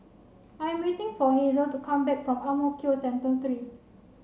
I'm waiting for Hazel to come back from Ang Mo Kio Central Three